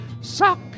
suck